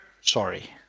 sorry